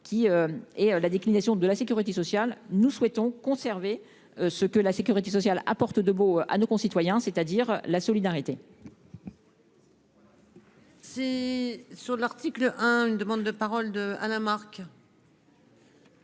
qui est la déclinaison de la sécurité sociale, nous souhaitons conserver ce que la sécurité sociale apporte de beau à nos concitoyens, c'est-à-dire la solidarité. C'est sur l'article 1, une demande de parole de Alain marque.